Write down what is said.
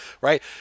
right